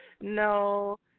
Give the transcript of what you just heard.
no